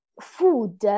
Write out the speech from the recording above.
food